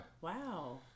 Wow